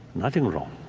nothing wrong.